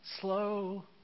Slow